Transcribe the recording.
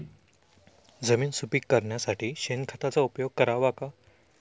जमीन सुपीक करण्यासाठी शेणखताचा उपयोग करावा का?